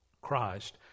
Christ